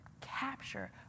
capture